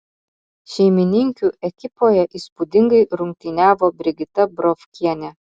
šeimininkių ekipoje įspūdingai rungtyniavo brigita brovkienė